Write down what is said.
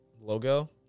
logo